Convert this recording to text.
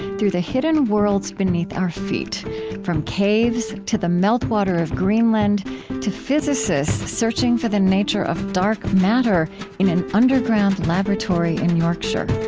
through the hidden worlds beneath our feet from caves to the meltwater of greenland to physicists searching for the nature of dark matter in an underground laboratory in yorkshire